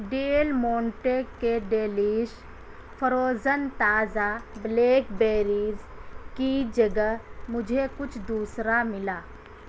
deal Monte کے ڈیلیش frozen تازہ بلیک بیریز کی جگہ مجھے کچھ دوسرا ملا